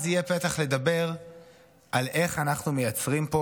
אז יהיה פתח לדבר על איך אנחנו מייצרים פה